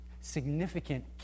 significant